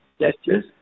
gestures